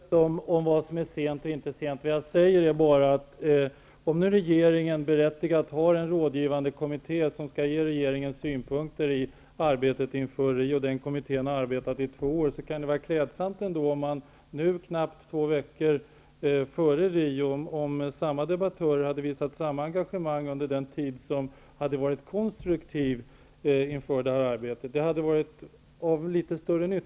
Herr talman! Först till detta om vad som är sent och inte sent. Regeringen har haft en rådgivande kommitté som skall ge regeringen synpunkter i arbetet inför Rio. Denna kommitté har arbetat i två år. Nu återstår knappt två veckor till mötet i Rio. Jag sade att det hade varit klädsamt om samma debattörer som nu visat ett sådant engagemang skulle ha gjort det under den tid då kommittén arbetade. Det hade då varit mera konstruktivt och av större nytta.